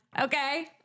Okay